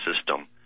system